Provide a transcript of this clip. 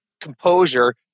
composure